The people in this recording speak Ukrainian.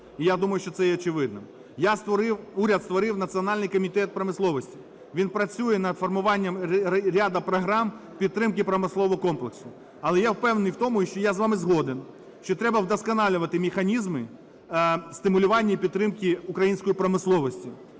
я думаю, що це є очевидним. Я створив, уряд створив Національний комітет промисловості, він працює над формуванням ряду програм підтримки промислового комплексу. Але я впевнений в тому, що, я з вами згоден, що треба вдосконалювати механізми стимулювання і підтримки української промисловості.